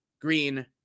Green